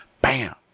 bam